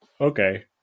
okay